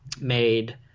Made